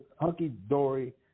hunky-dory